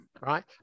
right